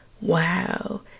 Wow